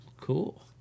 cool